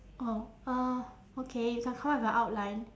oh uh okay you can come up with a outline